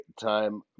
time